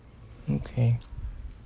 okay